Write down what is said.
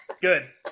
Good